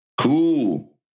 Cool